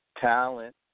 talent